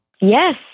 Yes